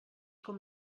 com